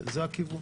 זה הכיוון.